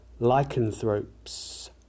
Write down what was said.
lycanthropes